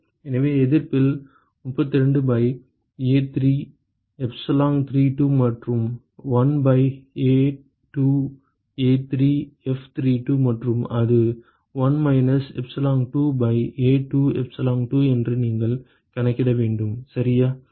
எனவே எதிர்ப்பில் 32 by A3 epsilon32 மற்றும் 1 பை A2 A3 F32 மற்றும் அது 1 minus epsilon2 by A2 epsilon2 என்று நீங்கள் கணக்கிட வேண்டும் சரியா